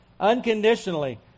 Unconditionally